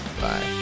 Bye